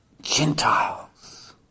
Gentiles